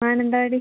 Mananthavady